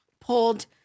pulled